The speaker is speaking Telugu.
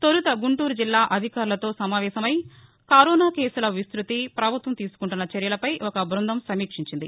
తొలుత గుంటూరు జిల్లా అధికారులతో సమావేశమై కరోనా కేసుల విస్తృతి ప్రభుత్వం తీసుకుంటున్న చర్యలపై ఒక బృందం సమీక్షించింది